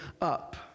up